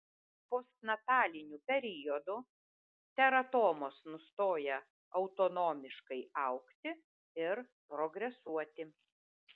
postnataliniu periodu teratomos nustoja autonomiškai augti ir progresuoti